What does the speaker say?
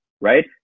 right